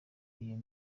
iyo